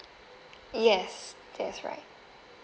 yes that's right